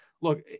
look